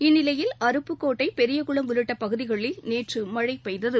இந்நிலையில் அருப்புக்கோட்டை பெரியகுளம் உள்ளிட்டபகுதிகளில் நேற்றுமழைபெய்தது